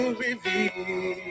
reveal